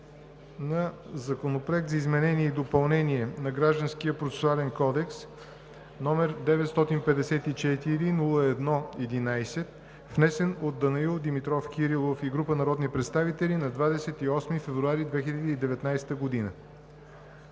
на Законопроект за изменение и допълнение на Гражданския процесуален кодекс, № 954-01-11, внесен от Данаил Димитров Кирилов и група народни представители на 28 февруари 2019 г.